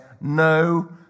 no